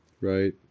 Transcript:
right